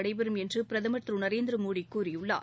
நடைபெறும் என்று பிரதமர் திரு நரேந்திர மோடி கூறியுள்ளார்